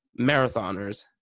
marathoners